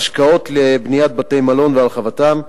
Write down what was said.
השקעות בבניית בתי-מלון ובהרחבתם,